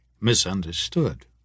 misunderstood